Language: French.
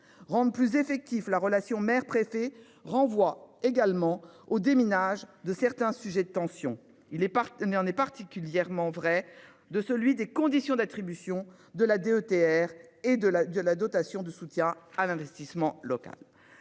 rendent plus effectifs la relation mère préfet renvoie également au déminage de certains sujets de tension. Il est parti n'en est particulièrement vrai de celui des conditions d'attribution de la DETR, et de la de la dotation de soutien. À l'investissement local.